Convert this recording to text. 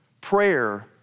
Prayer